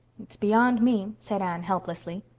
it's beyond me, said anne helplessly.